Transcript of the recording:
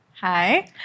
Hi